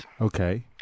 Okay